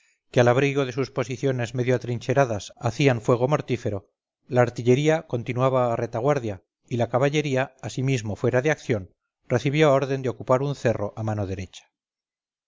que al abrigo de sus posiciones medio atrincheradas hacían fuego mortífero la artillería continuaba a retaguardia y la caballería asimismo fuera de acción recibió orden de ocupar un cerro a mano derecha